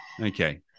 Okay